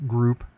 Group